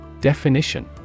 Definition